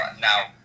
Now